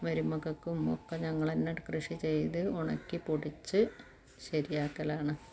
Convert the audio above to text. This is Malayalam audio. മരുമക്കൾക്കും ഒക്കെ ഞങ്ങൾ തന്നെ കൃഷി ചെയ്ത് ഉണക്കി പൊടിച്ച് ശരിയാക്കലാണ്